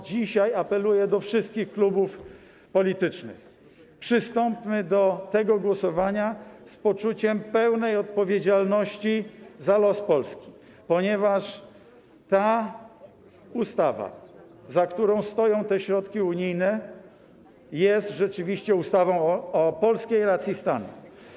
Dzisiaj apeluję do wszystkich klubów politycznych: przystąpmy do tego głosowania z poczuciem pełnej odpowiedzialności za los Polski, ponieważ ta ustawa, za którą stoją te środki unijne, jest rzeczywiście ustawą o polskiej racji stanu.